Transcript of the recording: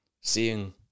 seeing